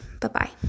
Bye-bye